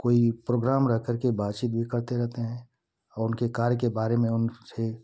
कोई प्रोग्राम रखकर के बातचीत भी करते रहते हैं और उनके कार्य के बारे में उनसे